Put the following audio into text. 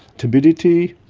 turbidity,